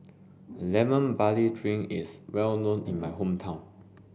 lemon barley drink is well known in my hometown